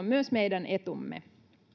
myös meidän etumme